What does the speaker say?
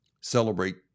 celebrate